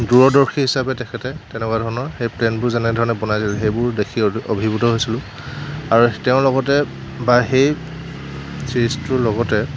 দূৰদৰ্শী হিচাপে তেখেতে তেনেকুৱা ধৰণৰ সেই প্লেনবোৰ যেনেধৰণে বনাই থৈছিল সেইবোৰ দেখি অভিভূত হৈছিলোঁ আৰু তেওঁৰ লগতে বা সেই চিৰিজটোৰ লগতে